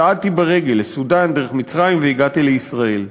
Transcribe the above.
צעדתי ברגל לסודאן, דרך מצרים, והגעתי לישראל.